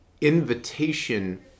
invitation